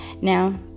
Now